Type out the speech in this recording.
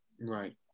right